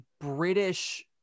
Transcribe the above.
british